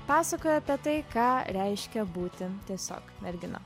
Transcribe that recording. pasakoja apie tai ką reiškia būti tiesiog mergina